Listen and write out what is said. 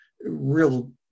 real